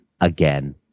again